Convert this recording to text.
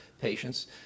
patients